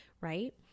right